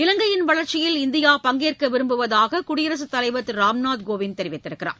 இலங்கையின் வளர்ச்சியில் இந்தியா பங்கேற்க விரும்புவதாக குடியரசுத் தலைவர் திரு ராம்நாத் கோவிந்த் தெரிவித்திருக்கிறார்